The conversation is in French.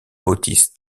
bootis